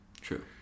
true